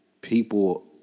People